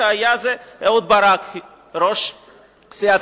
היה זה דווקא אהוד ברק,